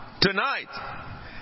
tonight